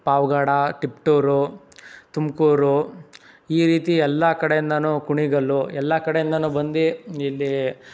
ಪಾವಗಡ ತಿಪಟೂರು ತುಮಕೂರು ಈ ರೀತಿ ಎಲ್ಲ ಕಡೆಯಿಂದನೂ ಕುಣಿಗಲ್ಲು ಎಲ್ಲ ಕಡೆಯಿಂದನೂ ಬಂದು ಇಲ್ಲಿ